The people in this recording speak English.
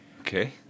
okay